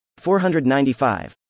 495